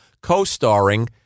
co-starring